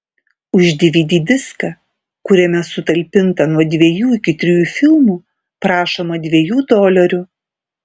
už dvd diską kuriame sutalpinta nuo dviejų iki trijų filmų prašoma dviejų dolerių